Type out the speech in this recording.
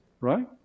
right